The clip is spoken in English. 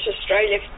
Australia